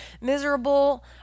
miserable